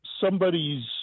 somebody's